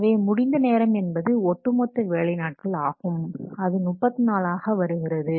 எனவே முடிந்த நேரம் என்பது ஒட்டுமொத்த வேலை நாட்கள் ஆகும் அது 34 ஆக வருகிறது